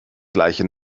gleiche